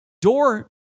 door